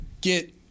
get